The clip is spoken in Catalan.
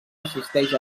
assisteix